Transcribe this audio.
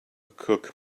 cook